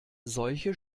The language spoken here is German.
solche